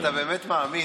אלי, אתה באמת מאמין?